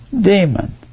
Demon